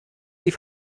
sie